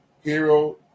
Hero